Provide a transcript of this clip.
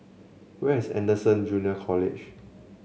where is Anderson Junior College